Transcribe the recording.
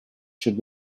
should